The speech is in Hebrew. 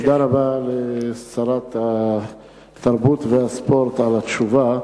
תודה רבה לשרת התרבות והספורט על התשובה,